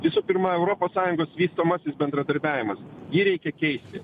visų pirma europos sąjungos vystomasis bendradarbiavimas jį reikia keisti